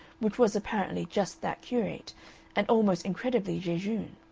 which was apparently just that curate and almost incredibly jejune,